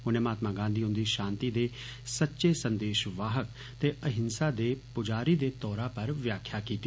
उनें महात्मा गांधी हुन्दी शांति दे सच्चे संदेशवाहक ते अहिंसा दे पुजारी दे तौरा पर व्याख्या कीती